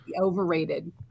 overrated